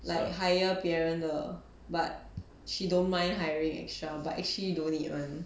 like hire 别人的 but she don't mind hiring extra but actually don't need [one]